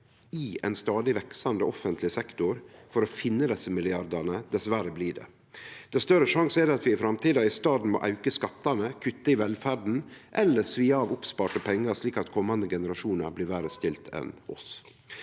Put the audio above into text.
i ein stadig veksande offentleg sektor for å finne desse milliardane, dess verre blir det. Dess større sjanse er det for at vi i framtida i staden må auke skattane, kutte i velferda eller svi av oppsparte pengar, slik at komande generasjonar blir verre stilte enn oss.